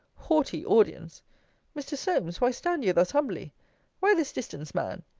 haughty audience mr. solmes, why stand you thus humbly why this distance, man?